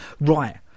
right